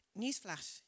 Newsflash